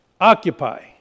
occupy